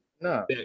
No